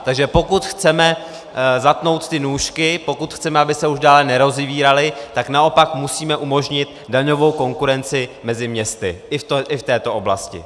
Takže pokud chceme zatnout nůžky, pokud chceme, aby se už dále nerozevíraly, tak naopak musíme umožnit daňovou konkurenci mezi městy i v této oblasti.